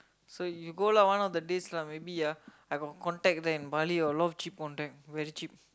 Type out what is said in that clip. so you go lah one of the days lah maybe uh I got contact there in Bali a lot of cheap contact very cheap